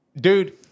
dude